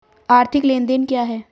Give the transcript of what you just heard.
आर्थिक लेनदेन क्या है?